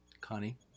Connie